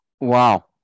Wow